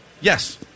Yes